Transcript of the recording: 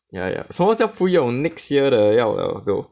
ya ya 什么叫不用 next year 的要要做